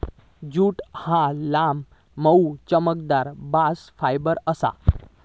jute ह्या लांब, मऊ, चमकदार बास्ट फायबर आसा